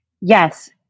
Yes